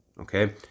okay